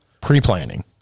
Pre-planning